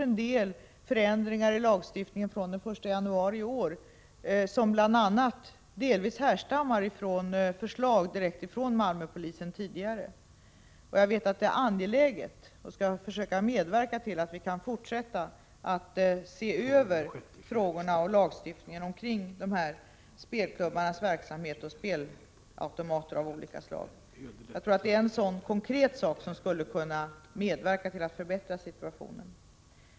En del förändringar i lagstiftningen har gjorts med verkan från den 1 januari i år, förändringar som kan härledas till bl.a. tidigare förslag direkt från Malmöpolisen. Jag skall försöka medverka till att vi kan fortsätta se över lagstiftningen kring spelklubbarnas verksamhet och kring spelautomater av olika slag. Detta är en konkret åtgärd som skulle kunna bidra till att förbättra situationen.